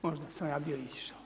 Možda sam ja bio izišao.